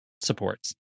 supports